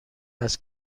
است